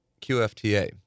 QFTA